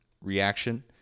reaction